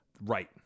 Right